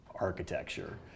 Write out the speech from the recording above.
architecture